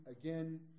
again